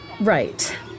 Right